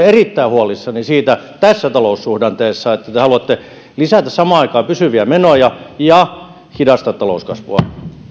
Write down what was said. erittäin huolissani tässä taloussuhdanteessa siitä että te haluatte samaan aikaan lisätä pysyviä menoja ja hidastaa talouskasvua